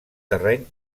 terreny